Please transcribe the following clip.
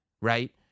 right